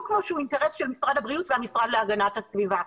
כמו שהוא אינטרס של משרד הבריאות והמשרד להגנת הסביבה.